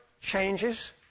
changes